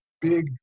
big